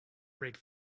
brake